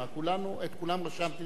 את כולם רשמתי אצלי